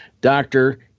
Doctor